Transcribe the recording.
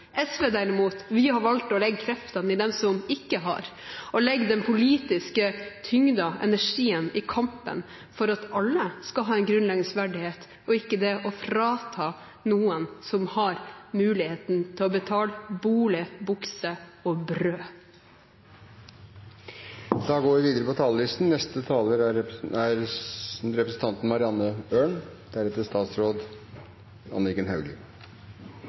SV har derimot valgt å legge kreftene i dem som ikke har, og legge den politiske tyngden og energien i kampen for at alle skal ha en grunnleggende verdighet – ikke frata noen muligheten til å betale for bolig, bukse og brød. Replikkordskiftet er omme. I og med at det kom uvanleg mange flyktningar til Noreg og Europa hausten 2015, vart våre system sett på